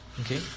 Okay